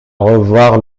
revoir